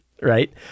right